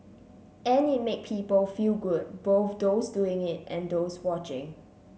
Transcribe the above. and it made people feel good both those doing it and those watching